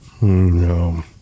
no